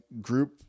group